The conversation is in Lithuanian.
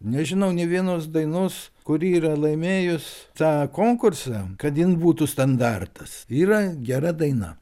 nežinau nė vienos dainos kuri yra laimėjus tą konkursą kad jin būtų standartas yra gera daina